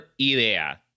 idea